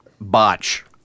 Botch